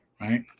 right